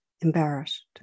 Embarrassed